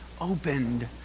opened